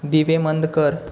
दिवे मंद कर